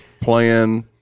playing